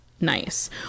nice